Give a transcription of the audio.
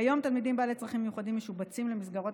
כיום תלמידים בעלי צרכים מיוחדים משובצים למסגרות